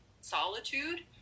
solitude